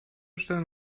stellen